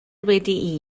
wedi